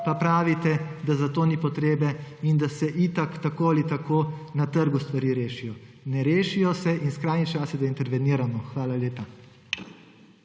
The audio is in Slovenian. pa pravite, da za to ni potrebe in da se itak tako ali tako na trgu stvari rešijo. Ne rešijo se in skrajni čas je, da interveniramo. Hvala lepa.